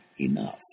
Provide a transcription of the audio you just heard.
enough